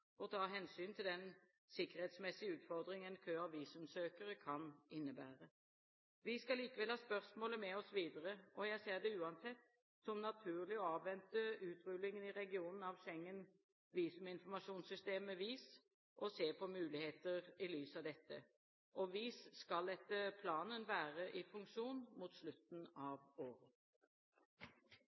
å ta hensyn til den sikkerhetsmessige utfordringen en kø av visumsøkere kan innebære. Vi skal likevel ha spørsmålet med oss videre, og jeg ser det uansett som naturlig å avvente utrullingen i regionen av Schengens visuminformasjonssystem, VIS, og se på muligheter i lys av dette. VIS skal etter planen være i funksjon mot slutten av året.